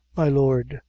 my lord,